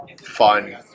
fun